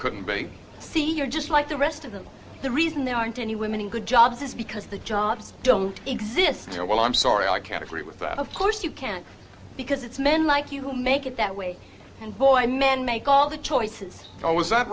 couldn't be seen you're just like the rest of them the reason there aren't any women in good jobs is because the jobs don't exist oh well i'm sorry i can't agree with that of course you can't because it's men like you who make it that way and boy men make all the choices